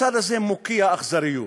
הצד הזה מוקיע אכזריות,